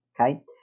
Okay